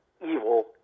evil